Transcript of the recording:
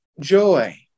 joy